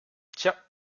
tiens